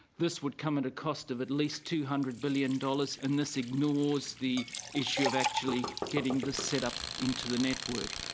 this would come at a cost of at least two hundred billion dollars and this ignores the issue of actually getting the set up into the network.